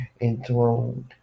enthroned